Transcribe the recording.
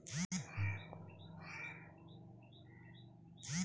నేలను దున్నేటప్పుడు ఆ కర్ర టీ ఆకారం లో ఉంటది ఎందుకు?